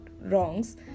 wrongs